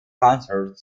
concert